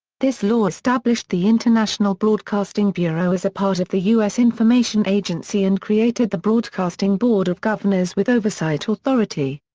this law established the international broadcasting bureau as a part of the u s. information agency and created the broadcasting board of governors with oversight authority.